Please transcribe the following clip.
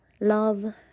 love